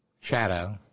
Shadow